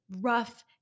rough